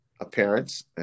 appearance